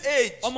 age